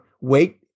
wait